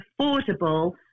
affordable